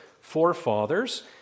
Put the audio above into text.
forefathers